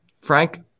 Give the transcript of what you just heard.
Frank